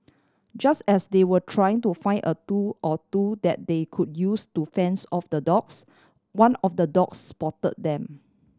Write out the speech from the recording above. just as they were trying to find a tool or two that they could use to fends off the dogs one of the dogs spot them